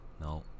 No